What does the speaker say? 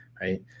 Right